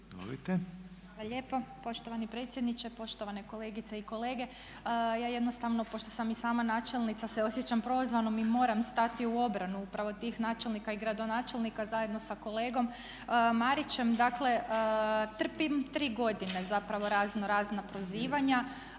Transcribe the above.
lijepo. Poštovani predsjedniče, poštovane kolegice i kolege. Ja jednostavno pošto sam i sama načelnica se osjećam prozvanom i moram stati u obranu upravo tih načelnika i gradonačelnika zajedno sa kolegom Marićem. Dakle trpim 3 godine zapravo razno razna prozivanja,